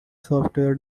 software